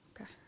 Okay